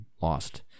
lost